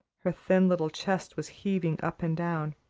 her thin little chest was heaving up and down,